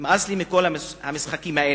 נמאס לי מכל המשחקים האלה.